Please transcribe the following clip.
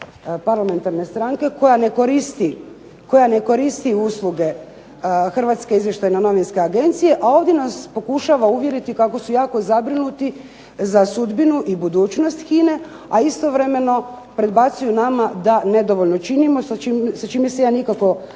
parlamentarne stranke koja ne koristi usluge HINA-e, a ovdje nas pokušava uvjeriti kako su jako zabrinuti za sudbinu i budućnost HINA-e, a istovremeno predbacuju nama da nedovoljno činimo. Sa čime se ja nikako